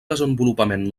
desenvolupament